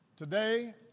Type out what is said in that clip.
Today